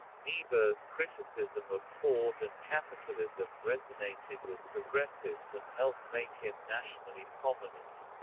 niebuhr's criticism of ford and capitalism resonated with progressives and helped make him nationally prominent.